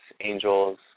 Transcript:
angels